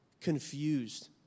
confused